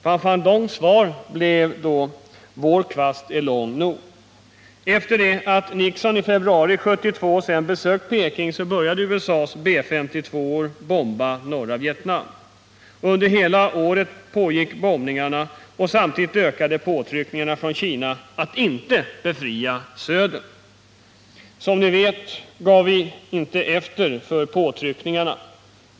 Pham Van Dongs svar blev: Vår kvast är lång nog! Efter det att Nixon i februari 1972 besökt Peking, började USA:s B 52-or bomba norra Vietnam. Under hela året pågick bombningarna och samtidigt ökade påtryckningarna från Kina att inte befria södern. Som ni vet gav vi inte efter för påtryckningarna.